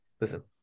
Listen